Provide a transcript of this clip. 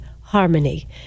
harmony